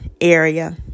area